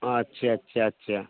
আচ্ছা আচ্ছা আচ্ছা